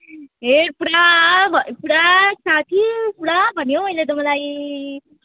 हेर पुरा पुरा साथी पुरा भन्यो हौ यसले त मलाई